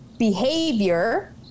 behavior